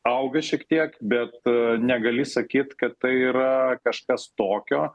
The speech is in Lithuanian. auga šiek tiek bet negali sakyt kad tai yra kažkas tokio